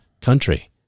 country